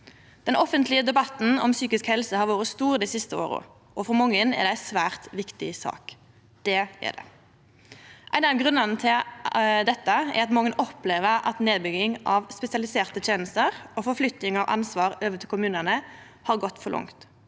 Den offentlege debatten om psykisk helse har vore stor dei siste åra, og for mange er det ei svært viktig sak. Det er det. Ein av grunnane til dette er at mange opplever at nedbygginga av spesialiserte tenester og flyttinga av ansvar over til kommunane har gått for langt.